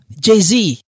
jay-z